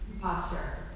posture